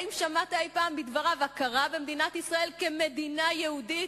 האם שמעת אי-פעם בדבריו הכרה במדינת ישראל כמדינה יהודית?